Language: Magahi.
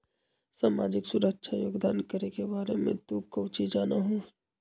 सामाजिक सुरक्षा योगदान करे के बारे में तू काउची जाना हुँ?